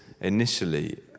initially